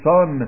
Son